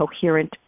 coherent